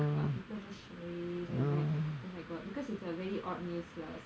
people just sharing and like oh my god because it's a very odd news lah